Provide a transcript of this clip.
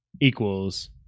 equals